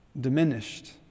diminished